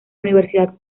universidad